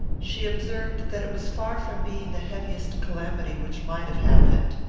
she observed that it was far from being the heaviest calamity which might have happened.